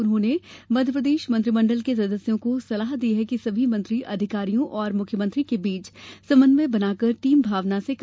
उन्होंने मध्यप्रदेश मंत्रिमंडल के सदस्यों को सलाह दी कि सभी मंत्री अधिकारियों और मुख्यमंत्री के बीच समन्वय बनाकर टीम भावना से काम करे